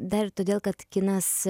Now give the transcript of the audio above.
dar ir todėl kad kinas